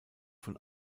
von